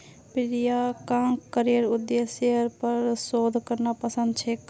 प्रियंकाक करेर उद्देश्येर पर शोध करना पसंद छेक